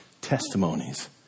testimonies